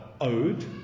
owed